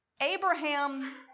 Abraham